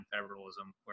federalism